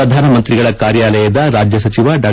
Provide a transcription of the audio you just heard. ಪ್ರಧಾನಮಂತ್ರಿಗಳ ಕಾರ್ಯಾಲಯದ ರಾಜ್ಜ ಸಚಿವ ಡಾ